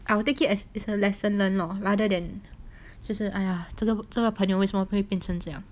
I will take it as his a lesson learned rather than 就是 !aiya! 这个这个朋友为什么会变成这样